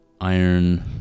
iron